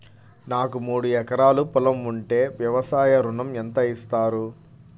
నాకు మూడు ఎకరాలు పొలం ఉంటే వ్యవసాయ ఋణం ఎంత ఇస్తారు?